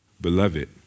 beloved